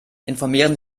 informieren